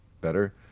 better